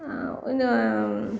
இந்த